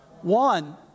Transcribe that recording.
One